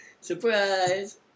Surprise